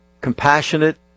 compassionate